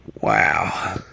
wow